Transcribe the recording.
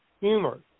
humor